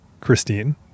Christine